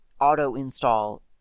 auto-install